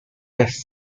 best